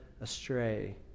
astray